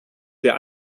der